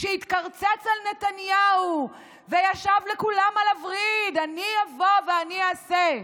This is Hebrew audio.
שהתקרצץ על נתניהו וישב לכולם על הווריד: אני אבוא ואני אעשה?